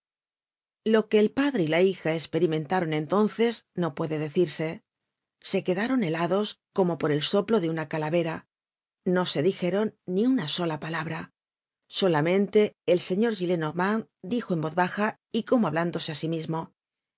lo que el padre y la hija esperimentaron entonces no puede decirse se quedaron helados como por el soplo de una calavera no se dijeron ni una palabra solamente el señor gillenormand dijo en voz baja y como hablándose á sí mismo